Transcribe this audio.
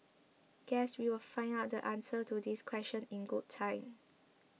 guess we will find out the answers to these questions in good time